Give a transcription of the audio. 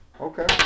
Okay